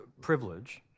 privilege